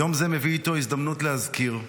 יום זה מביא איתו הזדמנות להזכיר,